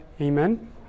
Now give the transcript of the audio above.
Amen